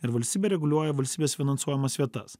ir valstybė reguliuoja valstybės finansuojamas vietas